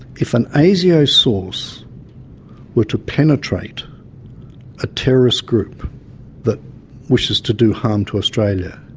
if an asio source were to penetrate a terrorist group that wishes to do harm to australia